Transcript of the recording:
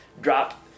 drop